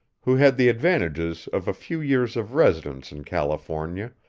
who had the advantages of a few years of residence in california,